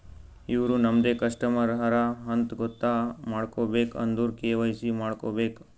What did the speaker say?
ಇವ್ರು ನಮ್ದೆ ಕಸ್ಟಮರ್ ಹರಾ ಅಂತ್ ಗೊತ್ತ ಮಾಡ್ಕೋಬೇಕ್ ಅಂದುರ್ ಕೆ.ವೈ.ಸಿ ಮಾಡ್ಕೋಬೇಕ್